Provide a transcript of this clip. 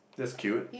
that's cute